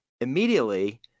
immediately –